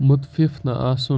مُتفِف نہٕ آسُن